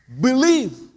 Believe